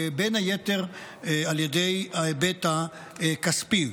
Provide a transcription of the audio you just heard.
בין היתר על ידי ההיבט הכספי.